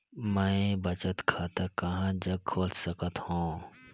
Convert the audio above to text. मैं बचत खाता कहां जग खोल सकत हों?